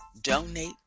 donate